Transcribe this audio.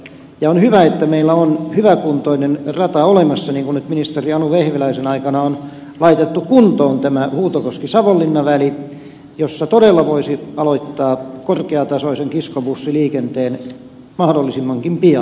on hyvä että meillä on hyväkuntoinen rata olemassa niin kuin nyt ministeri anu vehviläisen aikana on laitettu kuntoon tämä huutokoskisavonlinna väli jossa todella voisi aloittaa korkeatasoisen kiskobussiliikenteen mahdollisimmankin pian